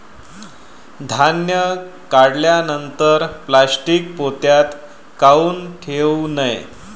धान्य काढल्यानंतर प्लॅस्टीक पोत्यात काऊन ठेवू नये?